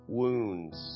wounds